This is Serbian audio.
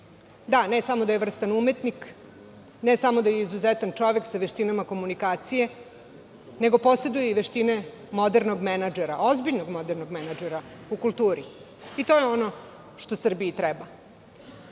da ne samo da je vrstan umetnik, ne samo da je izuzetan čovek sa veštinama komunikacije, nego poseduje i veštine modernog menadžera, ozbiljnog modernog menadžera u kulturi, i to je ono što Srbiji treba.